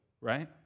right